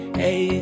hey